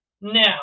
now